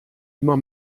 immer